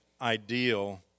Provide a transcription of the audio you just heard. ideal